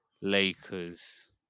Lakers